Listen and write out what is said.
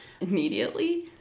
immediately